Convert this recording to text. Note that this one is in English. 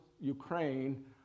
Ukraine